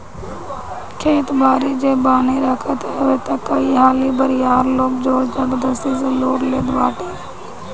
खेत बारी जे बान्हे रखत हवे तअ कई हाली बरियार लोग जोर जबरजस्ती से लूट लेट बाटे